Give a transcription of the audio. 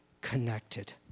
connected